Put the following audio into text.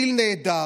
דיל נהדר.